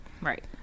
Right